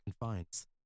confines